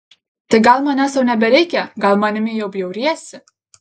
tai gal manęs tau nebereikia gal manimi jau bjauriesi